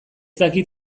dakit